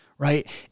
Right